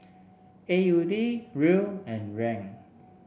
A U D Riel and Yuan